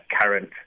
current